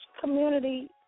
community